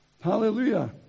Hallelujah